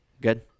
Good